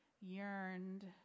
yearned